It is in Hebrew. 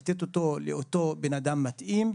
לתת אותו לבן אדם מתאים,